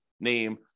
name